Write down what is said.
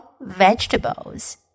vegetables